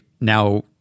Now